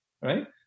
right